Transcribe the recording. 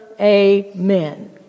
Amen